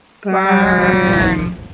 Burn